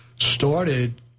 started